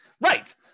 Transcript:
Right